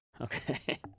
Okay